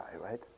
right